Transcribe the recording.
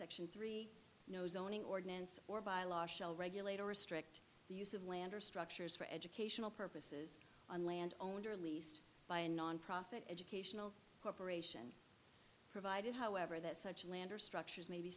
section three no zoning ordinance or by a large shall regulate or restrict the use of land or structures for educational purposes on land owner leased by a nonprofit educational corporation provided however that such lander structures may be